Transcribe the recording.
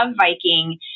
Viking